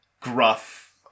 gruff